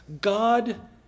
God